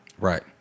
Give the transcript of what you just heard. Right